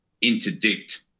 interdict